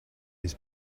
his